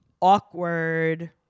Awkward